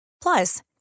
Plus